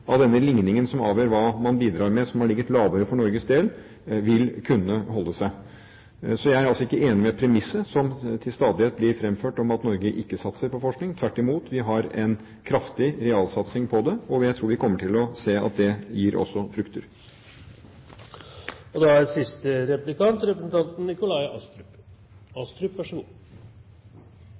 av denne likningen, som avgjør hva man bidrar med, som har ligget lavere for Norges del, vil kunne holde seg. Så jeg er altså ikke enig i premisset som til stadighet blir framført om at Norge ikke satser på forskning. Tvert imot, vi har en kraftig realsatsing på det, og jeg tror vi kommer til å se at det også gir frukter. Man blir jo varmere av å gå litt opp og